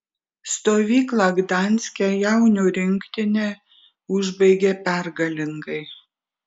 stovyklą gdanske jaunių rinktinė užbaigė pergalingai